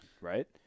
right